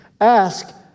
Ask